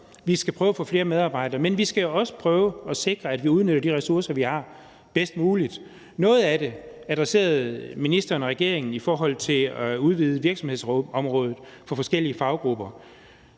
vi skal prøve at få flere medarbejdere, men vi skal også prøve at sikre, at vi udnytter de ressourcer, vi har, bedst muligt. Noget af det adresserede ministeren og regeringen, og det gælder i forhold til at udvide virksomhedsområdet for forskellige faggrupper.